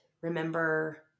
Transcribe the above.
remember